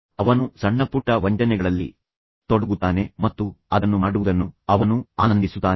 ಅವನು ಸಣ್ಣಪುಟ್ಟ ವಂಚನೆಗಳಲ್ಲಿ ತೊಡಗುತ್ತಾನೆ ಮತ್ತು ಅದನ್ನು ಮಾಡುವುದನ್ನು ಅವನು ಆನಂದಿಸುತ್ತಾನೆ